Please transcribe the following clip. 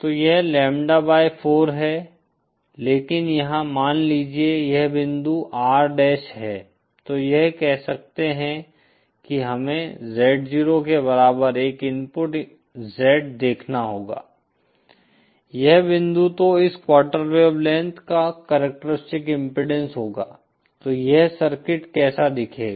तो यह lambda by 4 है लेकिन यहाँ मान लीजिए यह बिंदु R डैश है तो यह कह सकते है कि हमें Z0 के बराबर एक इनपुट Z देखना होगा यह बिंदु तो इस क्वार्टर वेव लेंथ का कॅरक्टरिस्टीक्स इम्पीडेन्स होगा तो यह सर्किट कैसा दिखेगा